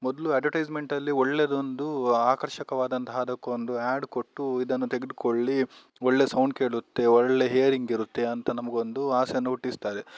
ಮೊದಲು ಅಡಟೈಸ್ಮೆಂಟಲ್ಲಿ ಒಳ್ಳೆಯದೊಂದು ಆಕರ್ಷಕವಾದಂತಹ ಅದಕ್ಕೊಂದು ಆ್ಯಡ್ ಕೊಟ್ಟು ಇದನ್ನು ತೆಗೆದ್ಕೊಳ್ಳಿ ಒಳ್ಳೆ ಸೌಂಡ್ ಕೇಳುತ್ತೆ ಒಳ್ಳೆ ಹಿಯರಿಂಗ್ ಇರುತ್ತೆ ಅಂತ ನಮಗೊಂದು ಆಸೇನ ಹುಟ್ಟಿಸ್ತದೆ